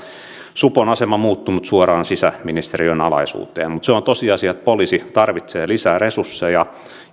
supon asema muuttunut se on siirtynyt suoraan sisäministeriön alaisuuteen mutta se on tosiasia että poliisi tarvitsee lisää resursseja